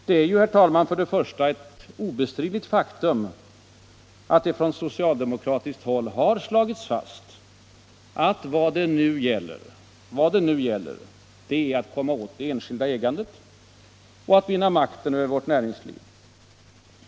Det är ju, herr talman, för det första ett obestridligt faktum att det från socialdemokratiskt håll klart slagits fast att vad det nu gäller är att komma åt det enskilda ägandet och att vinna makten över vårt näringsliv..